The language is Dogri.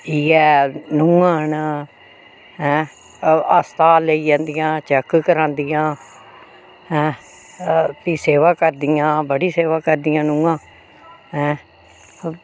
इ'यै नूंहां न ऐं अस्ताल लेई जंदियां चेक करादियां ऐं भी सेवा करदियां बड़ी सेवा करदियां नूंहां ऐं